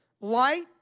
Light